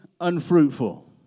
unfruitful